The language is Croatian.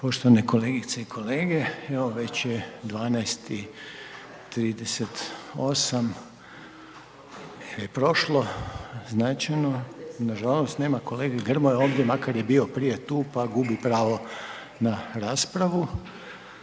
Poštovane kolegice i kolege, evo već je 12,38 je prošlo značajno, nažalost, nema kolege Grmoje ovdje, makar je bio prije tu, pa gubi pravo na raspravu